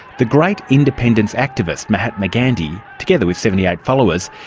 the great independence activist, mahatma gandhi, together with seventy eight followers,